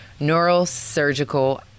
neurosurgical